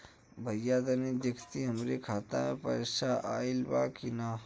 भईया तनि देखती हमरे खाता मे पैसा आईल बा की ना?